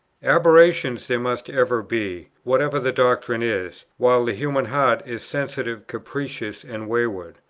aberrations there must ever be, whatever the doctrine is, while the human heart is sensitive, capricious, and wayward.